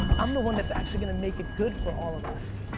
i'm the one that's actually gonna make it good for all of us.